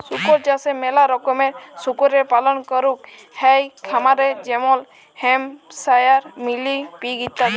শুকর চাষে ম্যালা রকমের শুকরের পালল ক্যরাক হ্যয় খামারে যেমল হ্যাম্পশায়ার, মিলি পিগ ইত্যাদি